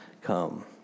come